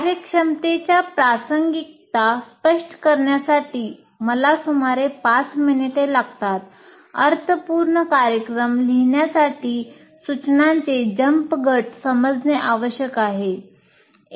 कार्यक्षमतेची प्रासंगिकता स्पष्ट करण्यासाठी मला सुमारे 5 मिनिटे लागतात अर्थपूर्ण कार्यक्रम लिहिण्यासाठी सूचनांचे जंप गट समजणे आवश्यक आहे